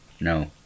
No